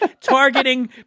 targeting